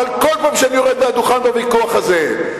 אבל כל פעם שאני יורד מהדוכן בוויכוח הזה,